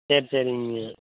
சரி சரிங்க